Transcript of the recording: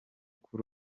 kuri